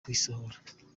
kuyisohora